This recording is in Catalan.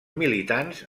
militants